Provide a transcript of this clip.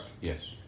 Yes